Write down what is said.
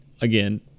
Again